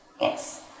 Yes